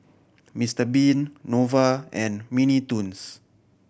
Mister Bean Nova and Mini Toons